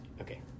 okay